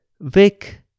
Vic